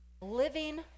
Living